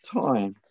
time